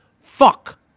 fuck